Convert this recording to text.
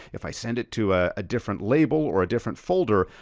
if i send it to ah a different label or a different folder,